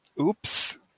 oops